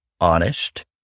honest